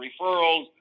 referrals